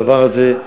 הדבר הזה,